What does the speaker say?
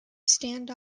stand